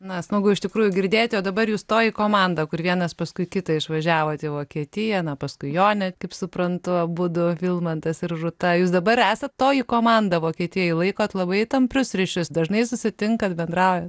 na smagu iš tikrųjų girdėti o dabar jūs toji komanda kur vienas paskui kitą išvažiavot į vokietiją na paskui jonę kaip suprantu abudu vilmantas ir rūta jūs dabar esat toji komanda vokietijoj laikot labai tamprius ryšius dažnai susitinkat bendraujat